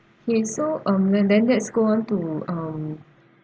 okay so um and then let's go on to um